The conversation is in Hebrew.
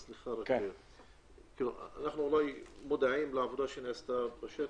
אנחנו מודעים לעבודה שנעשתה בשטח,